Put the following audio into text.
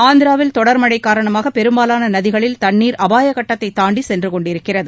ஆந்திராவில் தொடர்மழை காரணமாக பெரும்பாலான நதிகளில் தண்ணீர் அபாய கட்டத்தை தாண்டி சென்று கொண்டுருக்கிறது